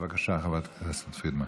התשפ"ג 2022. בבקשה, חברת הכנסת פרידמן.